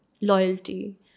loyalty